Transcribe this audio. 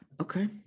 Okay